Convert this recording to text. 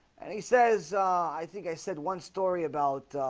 and he said i think i said one story about